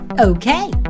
Okay